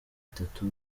itatu